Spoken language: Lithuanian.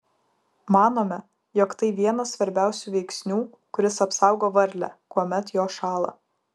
manome jog tai vienas svarbiausių veiksnių kuris apsaugo varlę kuomet jos šąla